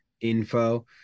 Info